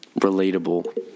relatable